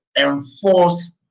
enforce